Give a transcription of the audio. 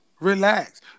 Relax